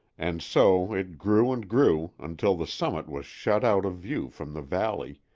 and so it grew and grew until the summit was shut out of view from the valley,